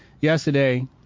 yesterday